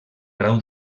grau